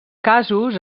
casos